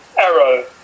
arrow